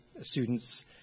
students